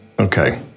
Okay